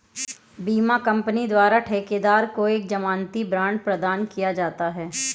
बीमा कंपनी द्वारा ठेकेदार को एक जमानती बांड प्रदान किया जाता है